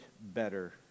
better